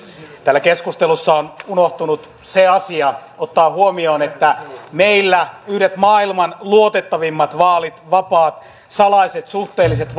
täällä keskustelussa on unohtunut se asia ottaa huomioon että meillä vaalit yhdet maailman luotettavimmista vaaleista vapaat salaiset suhteelliset